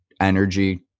energy